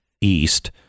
east